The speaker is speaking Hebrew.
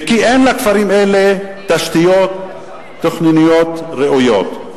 כי אין לכפרים אלה תשתיות תכנוניות ראויות.